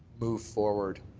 move forward.